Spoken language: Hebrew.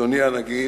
אדוני הנגיד,